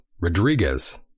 Rodriguez